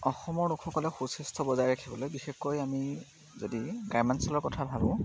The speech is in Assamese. অসমৰ লোকসকলে সুস্বাস্থ্য় বজাই ৰাখিবলৈ বিশেষকৈ আমি যদি গ্ৰাম্যাঞ্চলৰ কথা ভাবোঁ